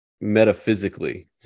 metaphysically